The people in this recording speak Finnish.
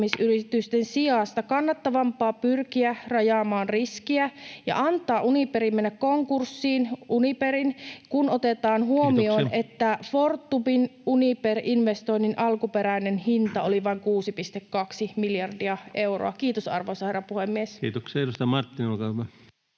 koputtaa] kannattavampaa pyrkiä rajaamaan riskiä ja antaa Uniperin mennä konkurssiin, kun otetaan huomioon, [Puhemies: Kiitoksia!] että Fortumin Uniper-investoinnin alkuperäinen hinta oli vain 6,2 miljardia euroa. — Kiitos, arvoisa herra puhemies. [Speech 204] Speaker: